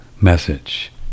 message